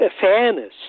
fairness